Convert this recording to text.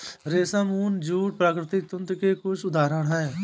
रेशम, ऊन और जूट प्राकृतिक तंतु के कुछ उदहारण हैं